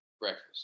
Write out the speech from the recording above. breakfast